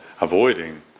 avoiding